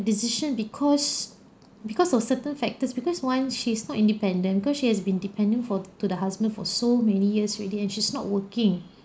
decision because because of certain factors because why she's not independent because she has been dependent for to the husband for so many years already and she's not working